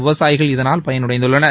விவசாயிகள் இதனால் பயனடைந்துள்ளார்கள்